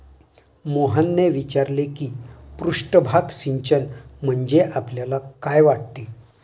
मोहनने विचारले की पृष्ठभाग सिंचन म्हणजे आपल्याला काय वाटते?